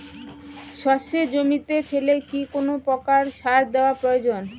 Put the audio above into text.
সর্ষে জমিতে ফেলে কি কোন প্রকার সার দেওয়া প্রয়োজন?